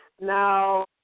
Now